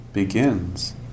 begins